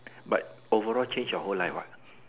but overall change your whole life what